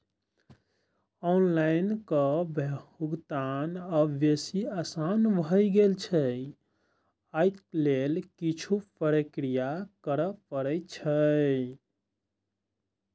online कर भुगतान आब बेसी आसान भए गेल छै, अय लेल किछु प्रक्रिया करय पड़ै छै